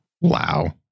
Wow